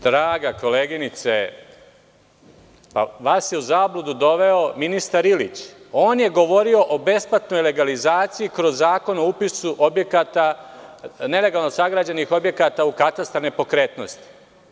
Draga koleginice, vas je u zabludu doveo ministar Ilić, on je govorio o besplatnoj legalizaciji kroz Zakon o upisu objekata nelegalno sagrađenih objekata u katastar nepokretnosti.